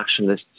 nationalists